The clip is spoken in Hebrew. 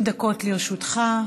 20 דקות לרשותך.